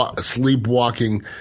sleepwalking